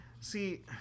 See